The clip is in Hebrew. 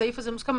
הסעיף הזה מוסכם,